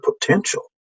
potential